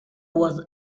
was